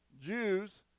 Jews